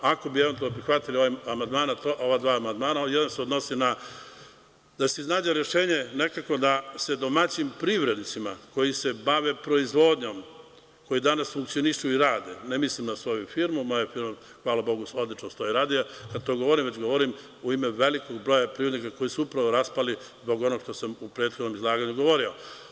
Ako bi eventualno prihvatili ova dva amandmana, ovaj jedan se odnosi da se iznađe rešenje nekako da se domaćim privrednicima koji se bave proizvodnjom, koji danas funkcionišu i rade, ne mislim na svoju firmu, moja firma hvala Bogu odlično stoji i rade, a to govorim u ime velikog broja privrednika koji su se upravo raspali zbog onog što sam u prethodnom izlaganju govorio.